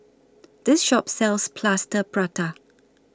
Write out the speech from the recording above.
This Shop sells Plaster Prata